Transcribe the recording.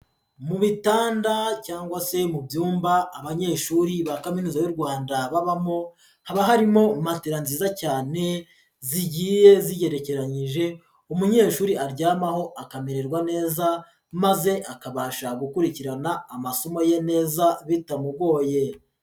Mu bitanda cyangwa se mu byumba abanyeshuri ba Kaminuza y'u Rwanda babamo, haba harimo matela nziza cyane zigiye zigerekeranyije umunyeshuri aryamaho akamererwa neza maze akabasha gukurikirana amasomo ye neza bitamugoye.